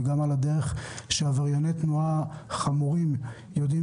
וזה גם על הדרך שעברייני תנועה חמורים יודעים